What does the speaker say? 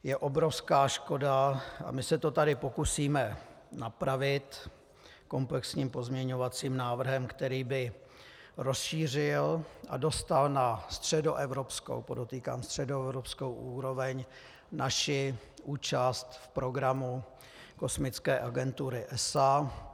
Je obrovská škoda, a my se to tady pokusíme napravit komplexním pozměňovacím návrhem, který by rozšířil a dostal na středoevropskou, podotýkám, středoevropskou úroveň naši účast v programu kosmické agentury ESA.